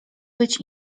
być